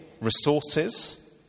resources